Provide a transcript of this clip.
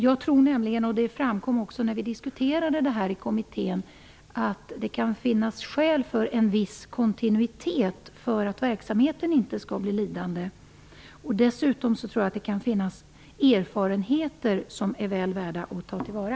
Jag tror nämligen, vilket också framkom när vi diskuterade frågan i kommittén, att det kan finnas skäl för en viss kontinuitet för att verksamheten inte skall bli lidande. Dessutom tror jag att det kan finnas erfarenheter som är väl värda att ta till vara.